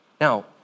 Now